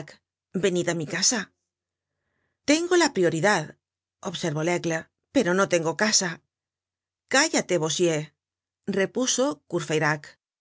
venid á mi casa tengo la prioridad observó laigle pero no tengo casa cállate bossuet repuso